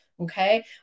Okay